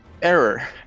Error